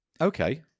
Okay